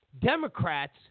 Democrats